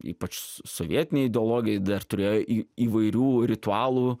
ypač sovietiniai ideologai dar turėjo į įvairių ritualų